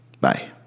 Bye